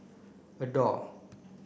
adore